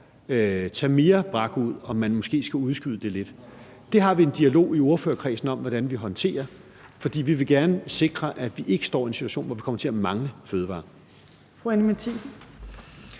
tage mere brak ud og måske udskyde dem lidt. Det har vi en dialog i ordførerkredsen om hvordan vi håndterer, for vi vil gerne sikre, at vi ikke står i en situation, hvor vi kommer til at mangle fødevarer. Kl. 15:45 Tredje